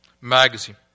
magazine